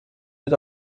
mit